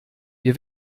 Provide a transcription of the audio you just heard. wir